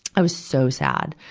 i was so sad.